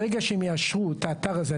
ברגע שהם יאשרו את האתר הזה,